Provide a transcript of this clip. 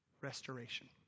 restoration